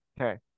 Okay